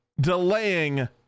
delaying